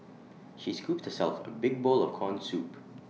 she scooped self A big bowl of Corn Soup